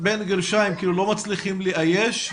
שלא מצליחים לאייש.